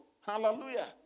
Hallelujah